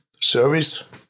service